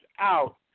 out